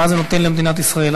מה זה נותן למדינת ישראל,